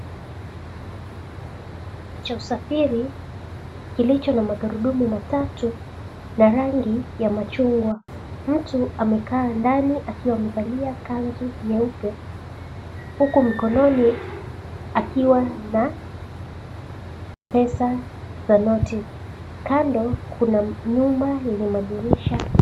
Cha usafiri kilicho na magurudumu matatu na rangi ya machungwa. Mtu amekaa ndani akiwa amevalia kanzu nyeupe huku mkononi akiwa na pesa na noti. Kando kuna nyumba yenye madirisha.